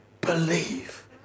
believe